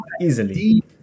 Easily